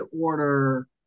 order